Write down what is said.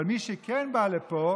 אבל מי שכן בא לפה,